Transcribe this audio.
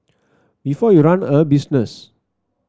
before you run a business